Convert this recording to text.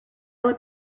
would